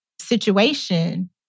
situation